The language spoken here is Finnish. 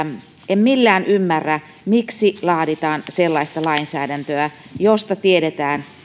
en millään ymmärrä miksi laaditaan sellaista lainsäädäntöä josta tiedetään että